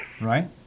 Right